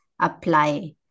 apply